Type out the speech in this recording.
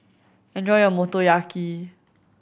enjoy your Motoyaki